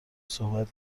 صحبت